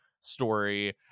story